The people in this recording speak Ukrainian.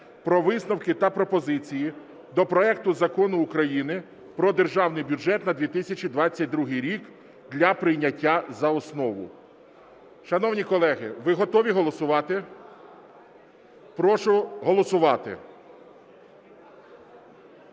про висновки та пропозиції до проекту Закону України про Державний бюджет на 2022 рік для прийняття за основу. Шановні колеги, ви готові голосувати? Прошу голосувати.